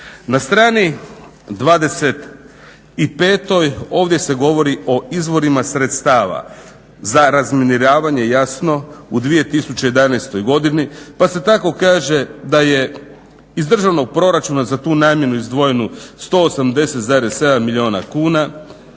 Na strani 25 ovdje se govori o izvorima sredstava za razminiravanje jasno u 2011.godini pa se tako kaže da je iz državnog proračuna za tu namjenu izdvojeno 180,7 milijuna kuna,